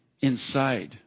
inside